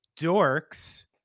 dorks